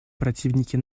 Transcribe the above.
противники